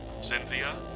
Cynthia